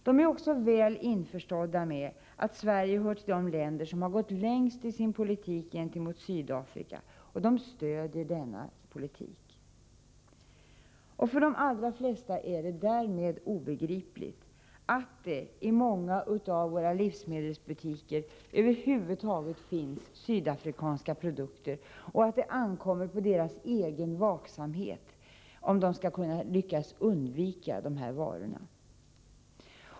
De är också väl införstådda med att Sverige hör till de länder som har gått längst i sin politik gentemot Sydafrika, och de stöder denna politik. För de allra flesta är det därmed obegripligt att det i många av våra livsmedelsbutiker över huvud taget finns sydafrikanska produkter och att det ankommer på deras egen vaksamhet, om de skall lyckas undvika dessa varor.